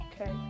Okay